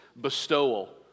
bestowal